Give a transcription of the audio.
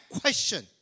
question